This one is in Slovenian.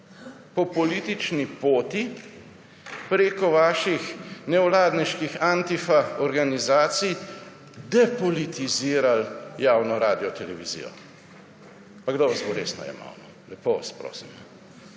po politični poti preko vaših nevladniških antifa organizacij depolitizirali javno radiotelevizijo. Pa kdo vas bo resno jemal, no? Lepo vas prosim,